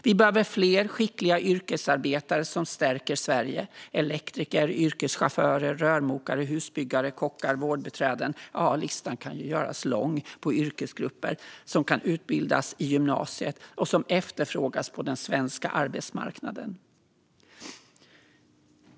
Vi behöver fler skickliga yrkesarbetare som stärker Sverige: elektriker, yrkeschaufförer, rörmokare, husbyggare, kockar, vårdbiträden - ja, listan kan göras lång på yrkesgrupper som kan utbildas i gymnasiet och som efterfrågas på den svenska arbetsmarknaden.